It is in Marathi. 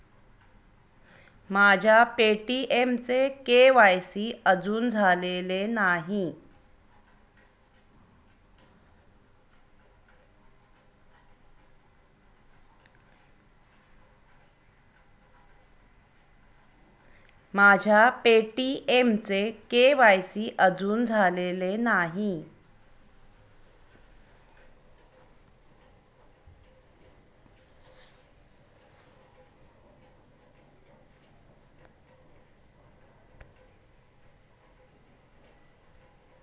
माझ्या पे.टी.एमचे के.वाय.सी अजून झालेले नाही